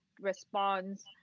response